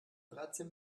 dreizehn